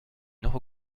nord